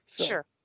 Sure